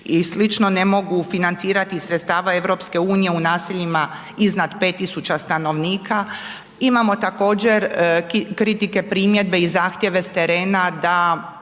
i sl., ne mogu financirati iz sredstava EU u naseljima iznad 5000 stanovnika. Imamo također kritike, primjedbe i zahtjeve s terena da